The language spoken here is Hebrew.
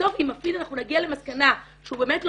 בסוף אם אפילו אנחנו נגיע למסקנה שהוא באמת לא